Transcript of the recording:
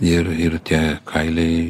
ir ir tie kailiai